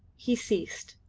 he ceased,